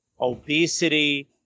obesity